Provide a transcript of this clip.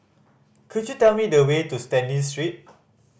could you tell me the way to Stanley Street